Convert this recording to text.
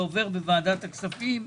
זה עובר בוועדת הכספים,